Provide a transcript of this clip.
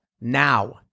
now